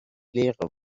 leere